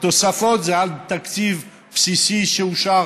התוספות זה על תקציב בסיסי שאושר